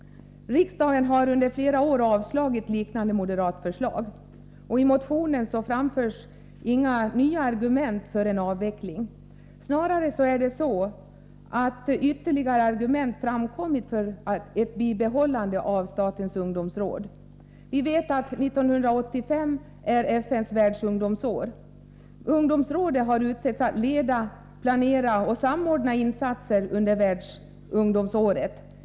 Riksdagen har under flera år avslagit liknande moderat förslag. I motionen framförs inga nya argument för en avveckling. Snarare är det så, att ytterligare argument framkommit för ett bibehållande av statens ungdomsråd. 1985 är FN:s världsungdomsår. Ungdomsrådet har utsetts att leda, planera och samordna insatser under världsungdomsåret.